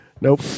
nope